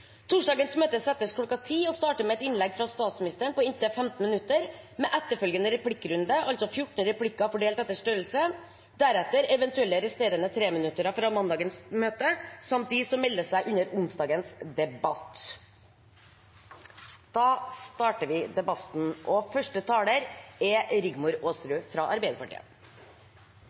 Torsdagens møte settes kl. 10 og starter med et innlegg fra statsministeren på inntil 15 minutter, med etterfølgende replikkrunde, 14 replikker fordelt etter størrelse, deretter eventuelle resterende treminuttere fra dagens møte samt dem som melder seg under torsdagens debatt.